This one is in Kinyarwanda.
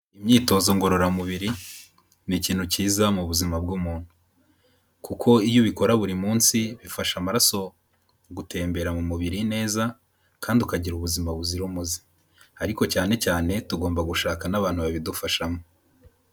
Imyitozo ngororamubiri ni ikintu cyiza mu buzima bw'umuntu, kuko iyo ubikora buri munsi bifasha amaraso gutembera mu mubiri neza kandi ukagira ubuzima buzira umuze, ariko cyane cyane tugomba gushaka n'abantu babidufashamo.